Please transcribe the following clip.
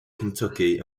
kentucky